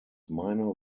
minor